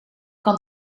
kan